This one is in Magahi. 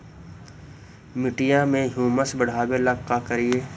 मिट्टियां में ह्यूमस बढ़ाबेला का करिए?